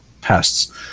pests